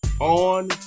on